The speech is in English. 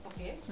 Okay